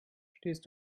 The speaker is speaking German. stehst